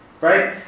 Right